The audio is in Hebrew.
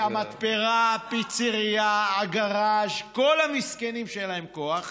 המתפרה, הפיצרייה, הגרז' כל המסכנים שאין להם כוח.